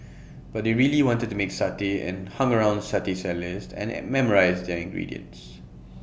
but he really wanted to make satay and hung around satay sellers and an memorised their ingredients